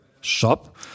shop